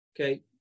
okay